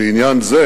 ועניין זה